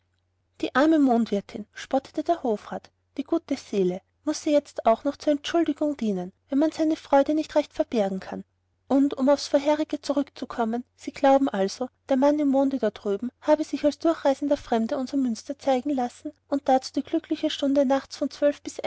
die arme mondwirtin spottete der hofrat die gute seele muß sie jetzt auch noch zur entschuldigung dienen wenn man seine freude nicht recht verbergen kann und um aufs vorige zurückzukommen sie glauben also der mann im monde da drüben habe sich als durchreisender fremder unsern münster zeigen lassen und dazu die glückliche stunde nachts von zwölf bis